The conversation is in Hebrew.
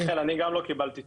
מיכאל גם אני לא קיבלתי תשובות.